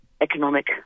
economic